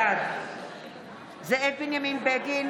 בעד זאב בנימין בגין,